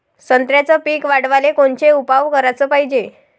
संत्र्याचं पीक वाढवाले कोनचे उपाव कराच पायजे?